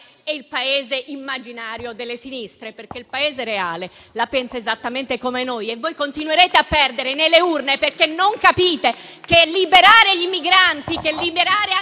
e il Paese immaginario delle sinistre. Il Paese reale, infatti, la pensa esattamente come noi e voi continuerete a perdere nelle urne, perché non capite che liberare i migranti, che liberare anche